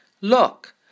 Look